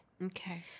Okay